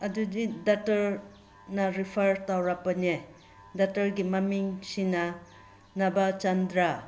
ꯑꯗꯨꯗꯤ ꯗꯥꯛꯇꯔꯅ ꯔꯤꯐꯔ ꯇꯧꯔꯛꯄꯅꯦ ꯗꯣꯛꯇꯔꯒꯤ ꯃꯃꯤꯡꯁꯤꯅ ꯅꯕꯆꯟꯗ꯭ꯔ